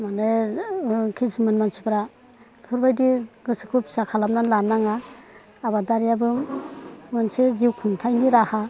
माने खिसुमान मानसिफ्रा बेफोरबादि गोसोखौ फिसा खालामनानै लानाङा आबादारियाबो मोनसे जिउ खुंथायनि राहा